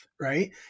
right